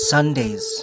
Sundays